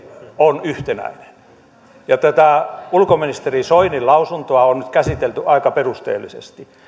on yhtenäinen ja tätä ulkoministeri soinin lausuntoa on nyt käsitelty aika perusteellisesti